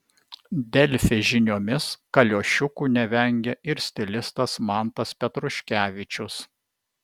delfi žiniomis kaliošiukų nevengia ir stilistas mantas petruškevičius